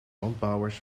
landbouwers